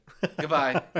goodbye